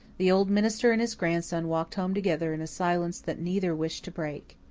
the old minister and his grandson walked home together in a silence that neither wished to break.